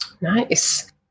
Nice